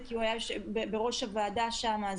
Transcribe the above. כי הוא היה בראש הוועדה שם,